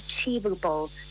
achievable